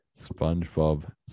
spongebob